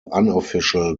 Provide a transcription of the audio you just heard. unofficial